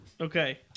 Okay